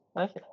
Okay